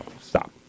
Stop